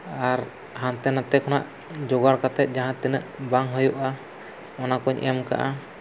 ᱟᱨ ᱦᱟᱱᱛᱮᱼᱱᱷᱟᱛᱮ ᱠᱷᱱᱟᱜ ᱡᱳᱜᱟᱲ ᱠᱟᱛᱮᱫ ᱡᱟᱦᱟᱸ ᱛᱤᱱᱟᱹᱜ ᱵᱟᱝ ᱦᱩᱭᱩᱜᱼᱟ ᱚᱱᱟᱠᱚᱧ ᱮᱢ ᱠᱟᱜᱼᱟ